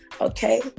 Okay